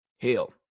Hell